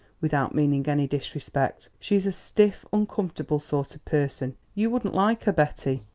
without meaning any disrespect. she's a stiff, uncomfortable sort of person you wouldn't like her, betty.